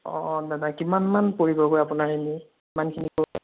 অঁ অঁ দাদা কিমান মান পৰিবগৈ আপোনাৰ এনেই কিমানখিনি